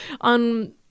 on